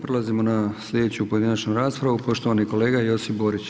Prelazimo na sljedeću pojedinačnu raspravu, poštovani kolega Josip Borić.